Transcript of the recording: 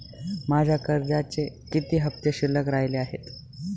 माझ्या कर्जाचे किती हफ्ते शिल्लक राहिले आहेत?